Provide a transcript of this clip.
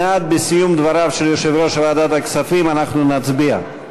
מייד בסיום דבריו של יושב-ראש ועדת הכספים אנחנו נצביע.